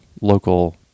local